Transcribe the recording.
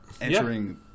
entering